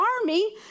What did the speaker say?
army